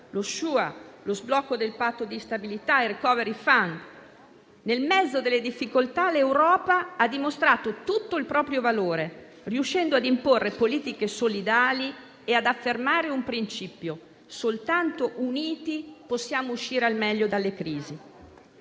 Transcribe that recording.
SURE, sblocco del Patto di stabilità, *recovery fund*. Nel mezzo delle difficoltà, l'Europa ha dimostrato tutto il proprio valore, riuscendo a imporre politiche solidali e ad affermare un principio: soltanto uniti possiamo uscire al meglio dalle crisi.